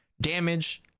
damage